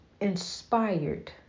inspired